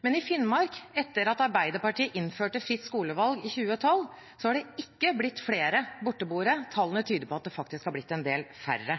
Men i Finnmark – etter at Arbeiderpartiet innførte fritt skolevalg i 2012 – har det ikke blitt flere borteboere. Tallene tyder på at det faktisk har blitt en del færre.